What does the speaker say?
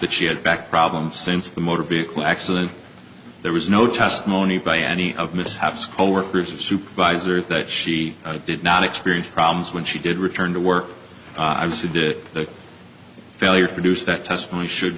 that she had back problems since the motor vehicle accident there was no testimony by any of mishaps coworkers of supervisors that she did not experience problems when she did return to work i was who did the failure to produce that testimony should